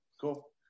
Cool